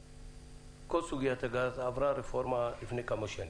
כל סוגיית הגז עברה רפורמה לפני כמה שנים,